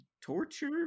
torture